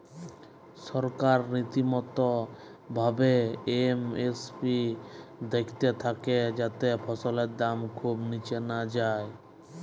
সরকার রীতিমতো ভাবে এম.এস.পি দ্যাখতে থাক্যে যাতে ফসলের দাম খুব নিচে না যায়